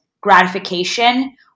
gratification